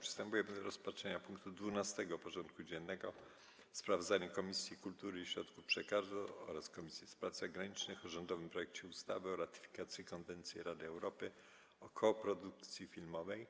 Przystępujemy do rozpatrzenia punktu 12. porządku dziennego: Sprawozdanie Komisji Kultury i Środków Przekazu oraz Komisji Spraw Zagranicznych o rządowym projekcie ustawy o ratyfikacji Konwencji Rady Europy o koprodukcji filmowej